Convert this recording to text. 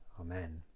Amen